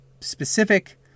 specific